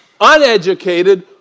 uneducated